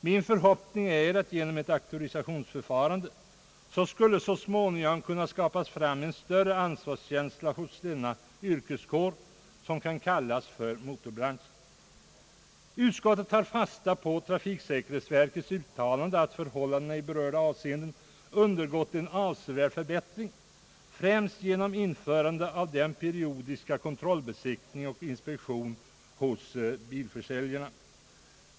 Min förhoppning är att genom ett auktorisationsförfarande så småningom skulle kunna skapas en större ansvarskänsla hos den yrkeskår som kan kallas för motorbranschen, och inte redan nu känner sitt ansvar. Utskottet tar fasta på trafiksäkerhetsverkets uttalande att förhållandena i berörda avseende har undergått en avsevärd förbättring främst genom införandet av den periodiska kontrollbesiktningen och inspektionen hos bilförsäljarna.